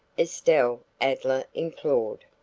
estelle adler implored.